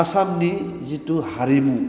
आसामनि जिथु हारिमु